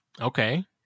Okay